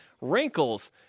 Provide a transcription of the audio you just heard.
wrinkles